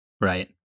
Right